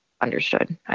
understood